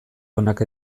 onak